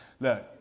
look